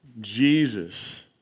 Jesus